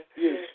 Yes